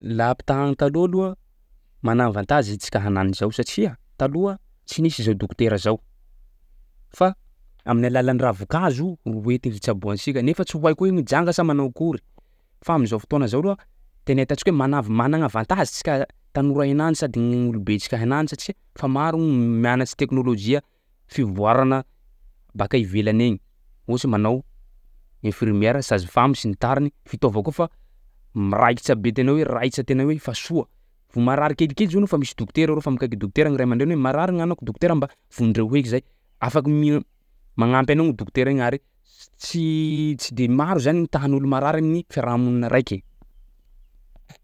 Laha ampitaha am'taloha aloha, mana avantage antsika hagnany zao satsia taloha tsy nisy zao dokotera zao fa amin'ny alalan'ny ravin-kazo ro entiny itsaboa antsika nefa tsy ho hay koa igny janga sa manao akory, fa am'zao fotoana zao aloha tena ahitantsika hoe manav- managna avantage tsika a- tanora hagnany sady gny olobentsika hagnany satsia fa maro gny mianatry teknôlôjia, fivoarana baka ivelany igny. Ohatsy manao infirmiera, sage-femme sy ny tariny; fitaova koa fa miraikitra be tena hoe raitsa tena hoe fa soa. Vao marary kelikely zao anao fa misy dokotera arô fa mikaiky dokotera gny ray aman-dreny hoe marary gny agnako dokotera mba vondreo eky zay, afaky mign- magnampy anao gny dokotera igny ary s- tsy tsy de maro zany ny tahan'olo marary amin'ny fiarahamonina raiky.